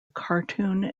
cartoon